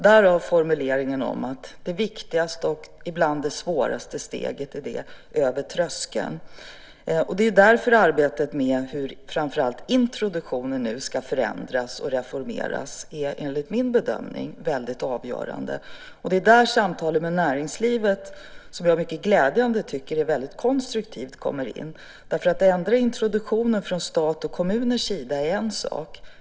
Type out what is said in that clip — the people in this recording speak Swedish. Därav formuleringen om att det viktigaste och ibland det svåraste steget är det över tröskeln. Det är därför arbetet med hur framför allt introduktionen ska förändras och reformeras enligt min bedömning är väldigt avgörande. Det är där samtalet med näringslivet som jag tycker är mycket glädjande och konstruktivt kommer in. Att ändra introduktionen från statens och kommunernas sida är en sak.